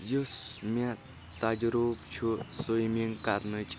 یُس مےٚ تجرُب چھُ سُومِنگ کرنٕچ